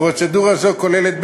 פרוצדורה זו כוללת,